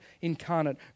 incarnate